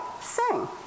Sing